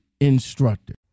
instructor